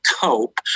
Cope